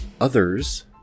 Others